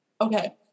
Okay